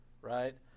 right